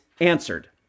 answered